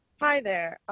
hi there.